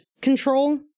control